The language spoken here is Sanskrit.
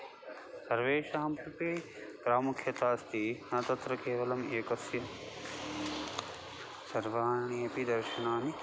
सर्वेषाम् अपि प्रामुख्यता अस्ति न तत्र केवलम् एकस्य सर्वाणि अपि दर्शनानि